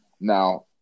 Now